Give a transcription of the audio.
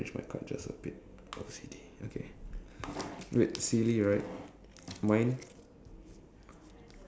oh no a zombie outbreak what is your plan of action but I'll just say right for the second line a zombie outbreak